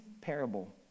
parable